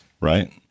right